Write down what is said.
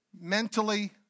mentally